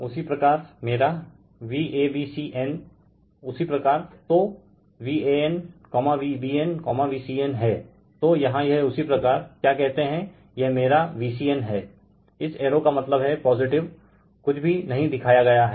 उसी प्रकार मेरा Vabcn उसी प्रकार तो Van Vbn Vcn हैं तो यहाँ यह उसी प्रकार क्या कहते हैं यह मेरा Vcn हैं